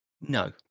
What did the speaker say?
No